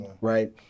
right